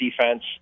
defense